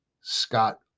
Scott